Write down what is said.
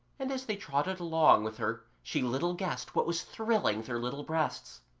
and as they trotted along with her she little guessed what was thrilling their little breasts.